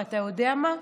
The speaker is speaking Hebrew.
ואתה יודע מה,